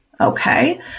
Okay